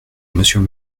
monsieur